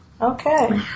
Okay